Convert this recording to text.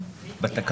לתוקף,